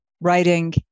writing